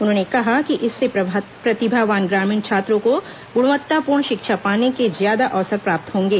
उन्होंने कहा कि इससे प्रतिभावान ग्रामीण छात्रों को गुणवत्ता पूर्ण शिक्षा पाने के ज्यादा अवसर प्राप्त होंगे